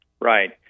Right